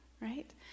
right